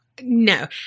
No